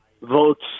votes